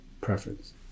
preference